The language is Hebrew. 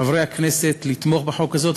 מחברי הכנסת לתמוך בחוק הזה.